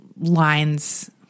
lines